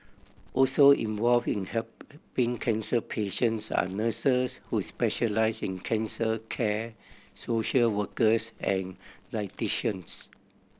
also involved in help helping cancer patients are nurses who specialise in cancer care social workers and dietitians